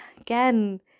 again